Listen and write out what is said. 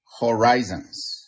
Horizons